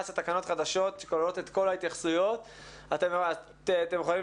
להביא תקנות חדשות שכוללות את כל ההתייחסויות אתם יכולים